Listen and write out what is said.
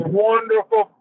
wonderful